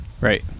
Right